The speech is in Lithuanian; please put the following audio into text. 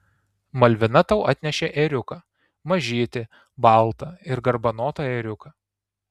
malvina tau atnešė ėriuką mažytį baltą ir garbanotą ėriuką